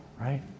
right